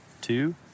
Two